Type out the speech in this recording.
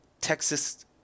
Texas